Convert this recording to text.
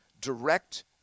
direct